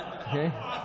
okay